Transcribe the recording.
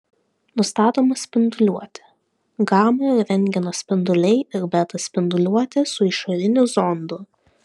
nustatoma spinduliuotė gama ir rentgeno spinduliai ir beta spinduliuotė su išoriniu zondu